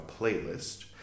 playlist